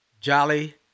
Jolly